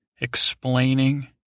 explaining